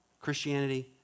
Christianity